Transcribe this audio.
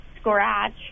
scratch